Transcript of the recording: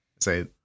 say